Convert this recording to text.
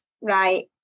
right